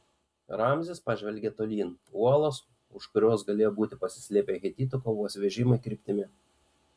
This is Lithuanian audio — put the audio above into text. ramzis pažvelgė tolyn uolos už kurios galėjo būti pasislėpę hetitų kovos vežimai kryptimi